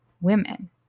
women